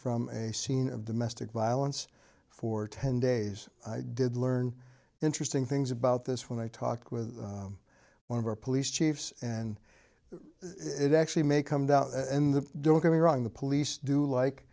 from a scene of domestic violence for ten days i did learn interesting things about this when i talk with one of our police chiefs and it actually may come doubt in the don't get me wrong the police do